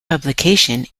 publication